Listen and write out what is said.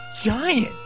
giant